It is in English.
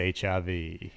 HIV